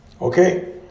Okay